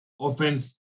offense